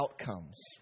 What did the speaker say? outcomes